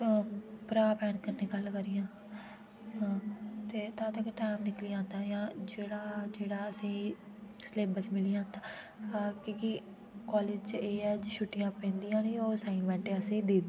क भ्राऽ भैन कन्नै गल्ल करियां ते तां तक्कर टैम निकली जंदा जां जेह्ड़ा जेह्ड़ा असें ई सिलेब्स मिली जंदा की की कॉलेज च एह् ऐ छुट्टियां पेंदियां निं ओह् असाइनमेंट असें ई दे